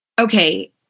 okay